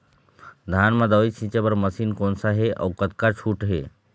धान म दवई छींचे बर मशीन कोन सा हे अउ कतका छूट हे?